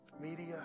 media